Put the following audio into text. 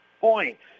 points